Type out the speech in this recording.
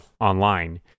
online